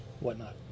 whatnot